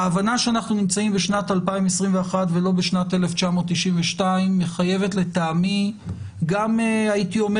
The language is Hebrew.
ההבנה שאנחנו נמצאים בשנת 2021 ולא בשנת 1992 מחייבת לטעמי גם הייתי אומר